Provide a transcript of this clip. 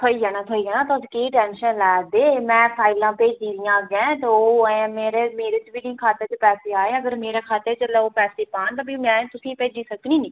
थ्होई जाना थ्होई जाना तुस की टैंशन लै'रदे में फाइलां भेज्जी दियां अग्गें ते ओह् अजें मेरे मेरे च बी निं खाते च पैसे आए अगर मेरे खाते च जेल्लै ओह् पैसे पान ते फ्ही में तुसें ई भेज्जी सकनी निं